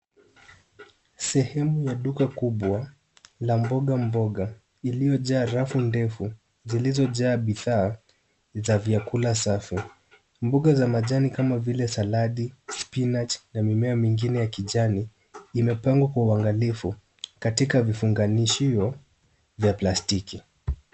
Sehemu ya duka kubwa la mboga , iliyojaa safu ndefu zilizojaa bidhaa za vyakula safi. Mboga za majani kama vile saladi, spinach na mimea mingine ya kijani, imepangwa kwa uangalifu katika vifunganishio vya plastiki.